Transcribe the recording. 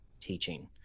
teaching